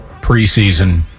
preseason